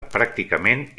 pràcticament